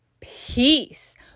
peace